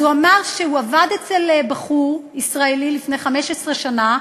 הוא אמר שהוא עבד אצל בחור ישראלי לפני 15 שנה,